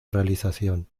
realización